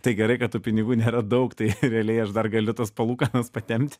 tai gerai kad tų pinigų nėra daug tai realiai aš dar galiu tas palūkanas patempti